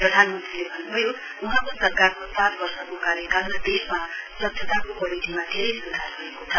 प्रधानमन्त्रीले भन्न् भन्न् भयो वहाँको सरकारको चार वर्षको कार्यकालमा देशमा स्वच्छताको परिधिमा धेरै स्धार भएको छ